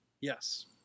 Yes